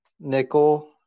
nickel